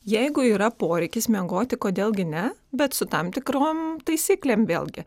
jeigu yra poreikis miegoti kodėl gi ne bet su tam tikrom taisyklėm vėlgi